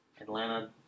Atlanta